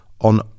on